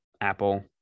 Apple